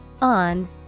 On